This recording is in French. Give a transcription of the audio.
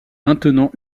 maintenant